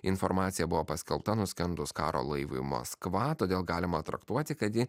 informacija buvo paskelbta nuskendus karo laivu į maskva todėl galima traktuoti kad ji